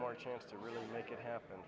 more chance to really make it happen